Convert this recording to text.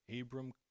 Abram